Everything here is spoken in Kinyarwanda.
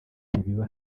ntibiba